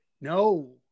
No